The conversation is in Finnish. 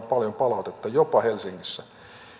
paljon palautetta jopa helsingissä